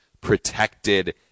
protected